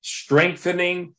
strengthening